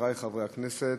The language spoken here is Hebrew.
חברי חברי הכנסת,